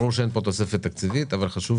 ברור שאין פה תוספת תקציבית אבל חשוב